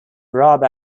rob